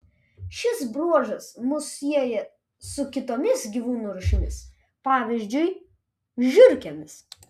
šis bruožas mus sieja su kitomis gyvūnų rūšimis pavyzdžiui žiurkėmis